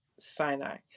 Sinai